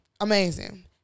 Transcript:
amazing